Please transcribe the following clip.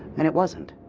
and it wasn't.